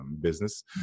business